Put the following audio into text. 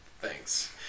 thanks